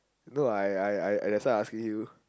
no I I I I that's why I asking you